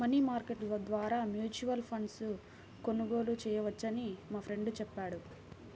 money market ద్వారా mutual ఫండ్ను కొనుగోలు చేయవచ్చని మా ఫ్రెండు చెప్పాడు